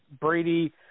Brady